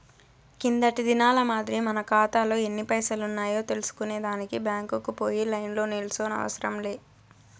కిందటి దినాల మాదిరి మన కాతాలో ఎన్ని పైసలున్నాయో తెల్సుకునే దానికి బ్యాంకుకు పోయి లైన్లో నిల్సోనవసరం లే